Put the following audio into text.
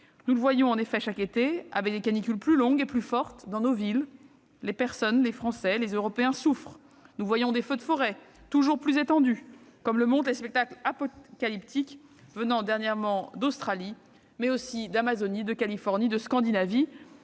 Nous le voyons en effet chaque été, avec des canicules plus longues et plus fortes dans nos villes : les Français et les Européens souffrent. Nous voyons des feux de forêt toujours plus étendus, comme le montrent les spectacles apocalyptiques venant dernièrement d'Australie, mais aussi d'Amazonie, de Californie ou de Scandinavie.